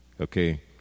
okay